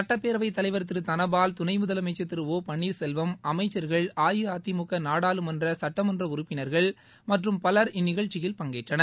சுட்டப்பேரவை தலைவர் திரு தனபால் துணை முதலமைச்சர் திரு ஒ பள்ளீர் செல்வம் அமைச்சர்கள் அஇஅதிமுக நாடாளுமன்ற சுட்டமன்ற உறுப்பினர்கள் மற்றம் பவர் இந்நிகழ்ச்சியில் பங்கேற்றனர்